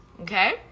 Okay